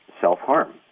self-harm